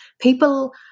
People